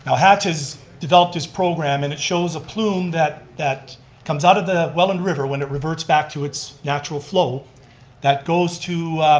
hatch has developed this program, and it shows a plume that that comes out of the welland river when it reverts back to its natural flow that goes to